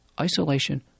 isolation